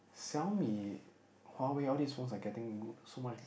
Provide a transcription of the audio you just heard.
Xiaomi Huawei all these ones are getting so much